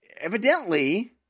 evidently